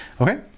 Okay